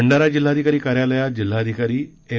भंडारा जिल्हाधिकारी कार्यालयात जिल्हाधिकारी एम